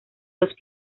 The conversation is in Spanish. los